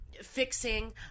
fixing